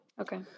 Okay